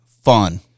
fun